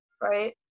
right